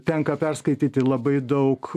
tenka perskaityti labai daug